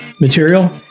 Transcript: material